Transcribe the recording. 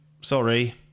sorry